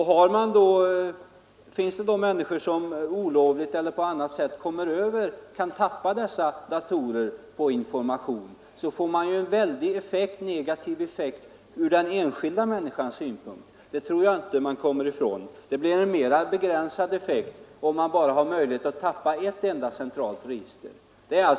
Finns det då personer som olovligt kan tappa dessa datorer på information, så blir det ju en väldigt negativ effekt från den enskilda människans synpunkt. Det tror jag inte man kommer ifrån. Det blir en mera begränsad effekt om någon bara har möjlighet att tappa ett enda centralt register.